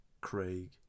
Craig